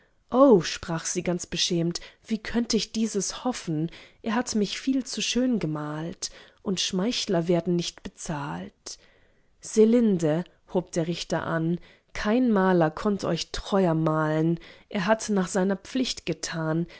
sprach sie ganz beschämt wie könnt ich dieses hoffen er hat mich viel zu schön gemalt und schmeichler werden nicht bezahlt selinde hub der richter an kein maler konnt euch treuer malen er hat nach seiner pflicht getan